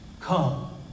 Come